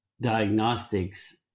diagnostics